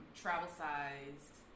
travel-sized